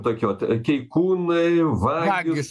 tokį vat keikūnai vagys